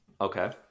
Okay